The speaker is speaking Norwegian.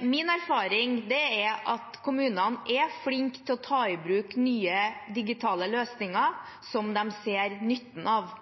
Min erfaring er at kommunene er flinke til å ta i bruk nye digitale løsninger som de ser nytten av.